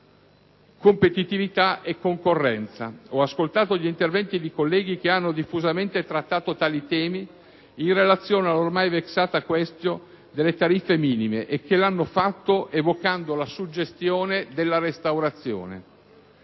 ho ascoltato gli interventi chi colleghi che hanno diffusamente trattato tali temi in relazione all'ormai *vexata* *quaestio* delle tariffe minime e che lo hanno fatto evocando la suggestione della restaurazione.